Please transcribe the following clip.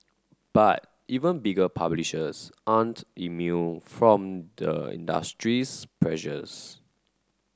but even bigger publishers aren't immune from the industry's pressures